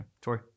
Tori